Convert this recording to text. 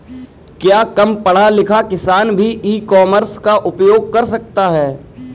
क्या कम पढ़ा लिखा किसान भी ई कॉमर्स का उपयोग कर सकता है?